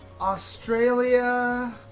Australia